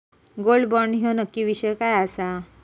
Gold bond ह्यो नक्की विषय काय आसा?